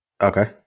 Okay